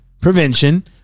Prevention